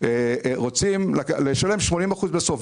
רוצים לשלם 80% בסוף.